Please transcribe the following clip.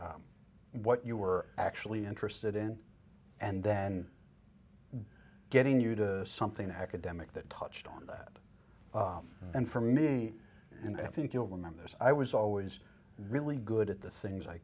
out what you were actually interested in and then getting you to something academic that touched on that and for me and i think you'll remember this i was always really good at the things i